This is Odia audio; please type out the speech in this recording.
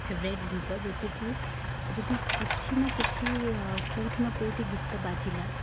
ଫେବରାଇଟ୍ ଜିନିଷ ଯେଉଁଥିରେକି ଯଦି କିଛି ନା କିଛି ଆଉ କେଉଁଠି ନା କେଉଁଠି ଗୀତ ବାଜିଲା